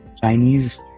Chinese